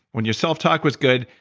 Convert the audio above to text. when your self-talk was good,